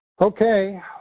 Okay